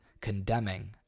condemning